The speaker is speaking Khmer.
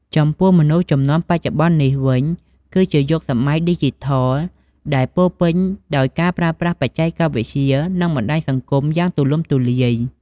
ចំពោះមនុស្សជំនាន់បច្ចុប្បន្ននេះវិញ គឺជាយុគសម័យឌីជីថលដែលពោរពេញដោយការប្រើប្រាស់បច្ចេកវិទ្យា និងបណ្ដាញសង្គមយ៉ាងទូលំទូលាយ។